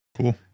Cool